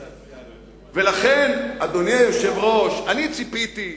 לכן, אדוני היושב-ראש, אני ציפיתי,